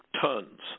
tons